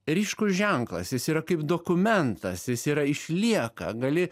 ryškus ženklas jis yra kaip dokumentas jis yra išlieka gali